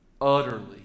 Utterly